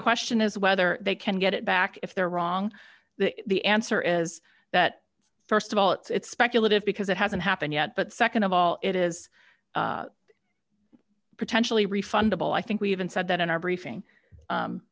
question is whether they can get it back if they're wrong the answer is that st of all it's speculative because it hasn't happened yet but nd of all it is potentially refundable i think we even said that in our briefing u